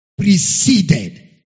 Preceded